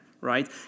right